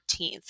14th